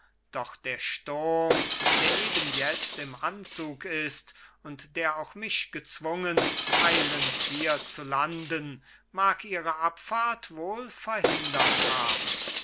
doch der sturm der eben jetzt im anzug ist und der auch mich gezwungen eilends hier zu landen mag ihre abfahrt wohl verhindert haben